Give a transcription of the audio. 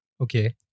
Okay